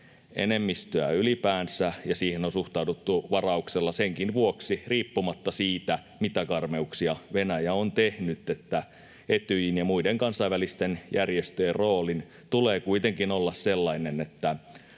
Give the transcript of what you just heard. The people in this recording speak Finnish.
enemmistöä ylipäänsä, ja siihen on suhtauduttu varauksella senkin vuoksi — riippumatta siitä, mitä karmeuksia Venäjä on tehnyt — että Etyjin ja muiden kansainvälisten järjestöjen roolin tulee kuitenkin olla sellainen, että